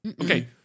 Okay